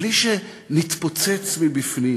בלי שנתפוצץ מבפנים?